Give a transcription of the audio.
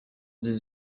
dix